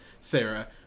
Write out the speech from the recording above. Sarah